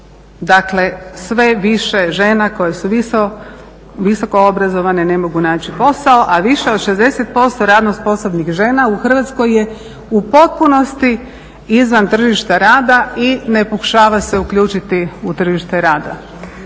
Dakle, sve više žena koje su visoko obrazovane ne mogu naći posao, a više od 60% radno sposobnih žena u Hrvatskoj je u potpunosti izvan tržišta rada i ne pokušava se uključiti u tržište rada.